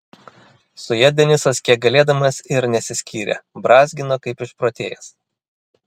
su ja denisas kiek galėdamas ir nesiskyrė brązgino kaip išprotėjęs